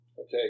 Okay